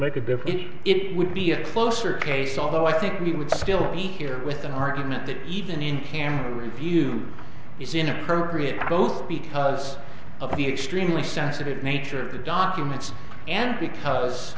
make a difference it would be a closer case although i think we would still be here with an argument that even in cam view is inappropriate both because of the extremely sensitive nature of the documents and the because